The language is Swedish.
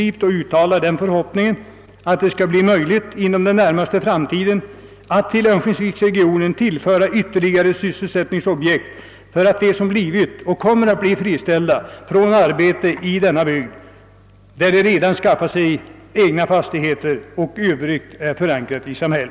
Jag vill också uttala den förhoppningen, att det inom den närmaste framtiden skall bli möjligt att till örnsköldsviksregionen föra ytterligare sysselsättningsobiekt för de människor som blivit eller kommer att bli friställda, så att de får arbete i den bygd där de har skaffat sig egna fastigheter och i övrigt är fast förankrade.